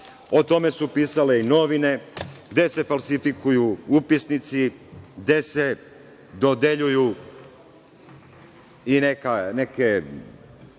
O tome su pisale i novine, gde se falsifikuju upisnici, gde se dodeljuju i neke